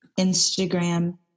Instagram